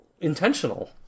intentional